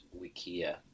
wikia